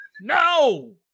no